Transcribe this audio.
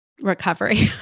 recovery